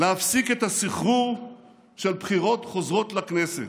להפסיק את הסחרור של בחירות חוזרות לכנסת.